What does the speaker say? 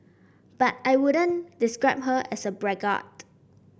but I wouldn't describe her as a braggart